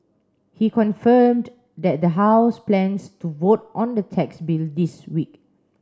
he confirmed that the house plans to vote on the tax bill this week